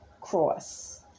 cross